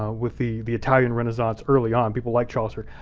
ah with the the italian renaissance early on, people like chaucer,